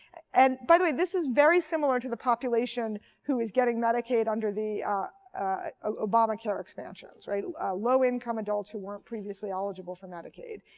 and by the way, this is very similar to the population who is getting medicaid under the obamacare expansions. low-income adults who weren't previously eligible for medicaid.